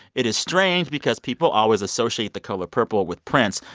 it is strange because people always associate the color purple with prince.